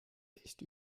echt